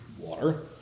water